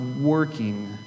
working